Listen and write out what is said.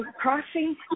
crossing